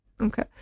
Okay